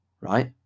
Right